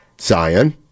Zion